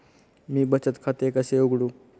मी बचत खाते कसे उघडू?